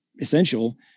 essential